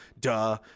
duh